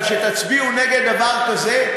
אבל שתצביעו נגד דבר כזה,